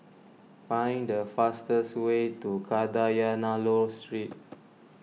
find the fastest way to Kadayanallur Street